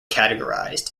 categorised